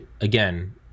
again